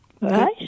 Right